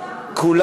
לא